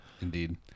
indeed